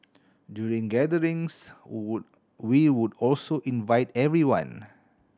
during gatherings we would also invite everyone